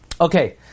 Okay